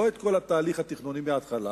לא את כל התהליך התכנוני מהתחלה,